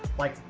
like,